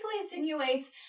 insinuates